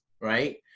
right